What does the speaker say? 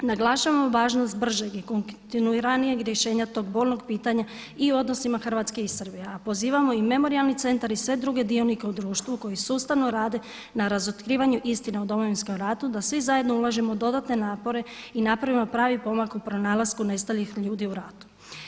Naglašavamo važnost bržeg i kontinuiranijeg rješenja tog bolnog pitanja i odnosima Hrvatske i Srbije, a pozivamo i Memorijalni centar i sve druge dionike u društvu koji sustavno rade na razotkrivanju istine o Domovinskom ratu da svi zajedno ulažemo dodatne napore i napravimo pravi pomak u pronalasku nestalih ljudi u ratu.